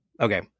okay